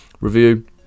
review